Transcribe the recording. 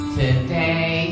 today